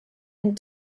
and